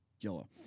Yellow